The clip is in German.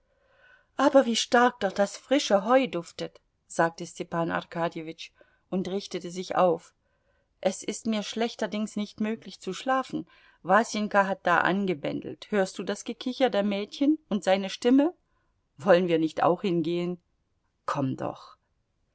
aber wie stark doch das frische heu duftet sagte stepan arkadjewitsch und richtete sich auf es ist mir schlechterdings nicht möglich zu schlafen wasenka hat da angebändelt hörst du das gekicher der mädchen und seine stimme wollen wir nicht auch hingehen komm doch